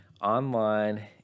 online